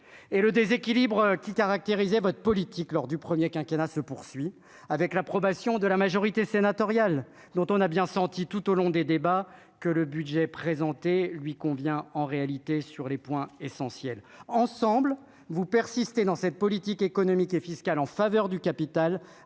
et le déséquilibre qui caractérisait votre politique lors du premier quinquennat se poursuit avec l'approbation de la majorité sénatoriale dont on a bien senti tout au long des débats que le budget présenté lui convient en réalité sur les points essentiels ensemble vous persistez dans cette politique économique et fiscale en faveur du capital